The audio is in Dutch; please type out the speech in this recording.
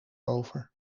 over